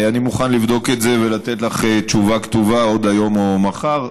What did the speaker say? אני מוכן לבדוק את זה ולתת לך תשובה כתובה עוד היום או מחר.